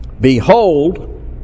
Behold